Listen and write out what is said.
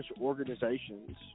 organizations